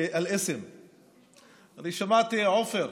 לסוגיית השם.) אני שמעתי, עופר,